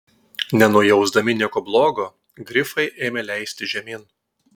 nenujausdami nieko blogo grifai ėmė leistis žemyn